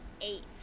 eight